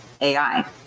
AI